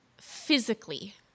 physically